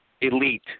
elite